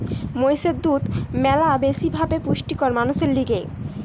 মহিষের দুধ ম্যালা বেশি ভাবে পুষ্টিকর মানুষের লিগে